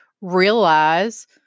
realize